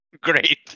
Great